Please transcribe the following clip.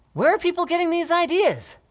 where are people getting these ideas?